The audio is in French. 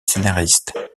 scénariste